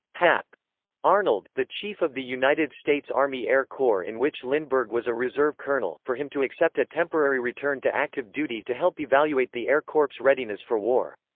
arnold, the chief of the united states army air corps in which lindbergh was a reserve colonel, for him to accept a temporary return to active duty to help evaluate the air corp's readiness for war.